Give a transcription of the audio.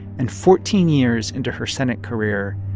and fourteen years into her senate career,